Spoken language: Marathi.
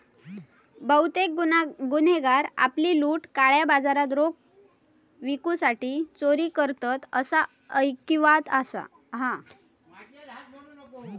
बहुतेक गुन्हेगार आपली लूट काळ्या बाजारात रोख विकूसाठी चोरी करतत, असा ऐकिवात हा